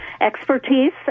expertise